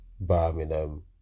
Birmingham